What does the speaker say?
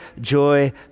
joy